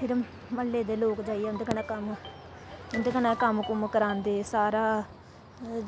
फिर म्हल्ले दे लोक जेइयै उंदे कन्नै कम्म करांदे उंदे कन्नै कम बगैरा करांदे सारा